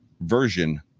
version